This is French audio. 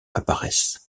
apparaissent